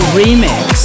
remix